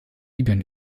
libyen